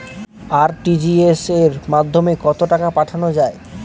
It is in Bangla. আর.টি.জি.এস এর মাধ্যমে কত টাকা পাঠানো যায়?